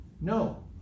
no